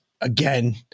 Again